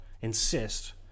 insist